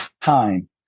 time